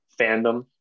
fandom